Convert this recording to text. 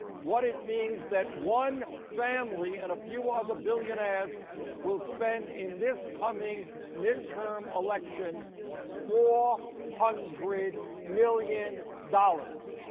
what it means that one family and a few other billionaires will spend in this comeing midterm election four hundred million dollars